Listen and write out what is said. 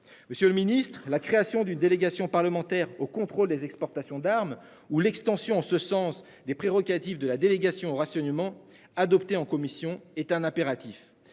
Monsieur le Ministre, la création d'une délégation parlementaire au contrôle des exportations d'armes ou l'extension en ce sens les prérogatives de la délégation au rationnement adopté en commission est un impératif.